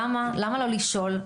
למה לא לשאול?